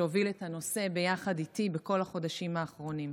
שהוביל את הנושא ביחד איתי בכל החודשים האחרונים.